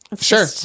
Sure